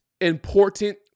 important